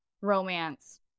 romance